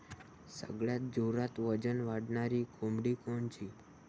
सगळ्यात जोरात वजन वाढणारी कोंबडी कोनची?